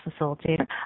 Facilitator